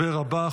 סרבנות?